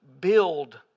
build